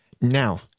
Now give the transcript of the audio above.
Now